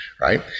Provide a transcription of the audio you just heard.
right